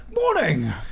morning